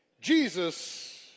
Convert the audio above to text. Jesus